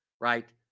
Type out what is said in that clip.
right